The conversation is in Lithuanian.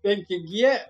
penki gie